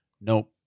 nope